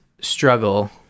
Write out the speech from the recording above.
struggle